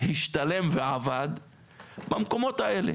השתלם ועבד במקומות האלה.